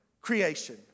creation